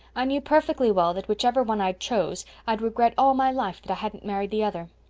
i knew perfectly well that whichever one i chose i'd regret all my life that i hadn't married the other.